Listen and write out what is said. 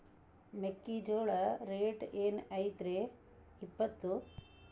ಮೆಕ್ಕಿಜೋಳ ರೇಟ್ ಏನ್ ಐತ್ರೇ ಇಪ್ಪತ್ತು?